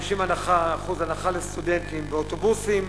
50% הנחה לסטודנטים באוטובוסים.